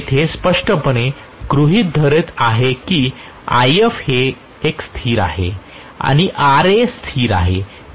तर मी येथे स्पष्टपणे गृहीत धरत आहे की If हे एक स्थिर आहे आणि Ra स्थिर आहे